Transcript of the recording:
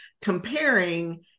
comparing